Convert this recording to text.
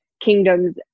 kingdoms